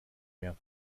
mehr